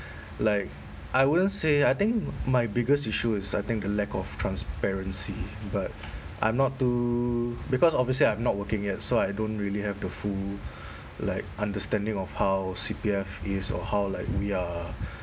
like I wouldn't say I think my biggest issue is I think is the lack of transparency but I'm not too because obviously I'm not working yet so I don't really have the full like understanding of how C_P_F is or how like we are